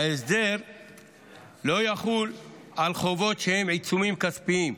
ההסדר לא יחול על חובות שהם עיצומים כספיים.